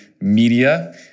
Media